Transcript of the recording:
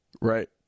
Right